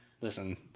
Listen